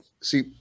See